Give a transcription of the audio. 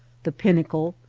the pinnacle,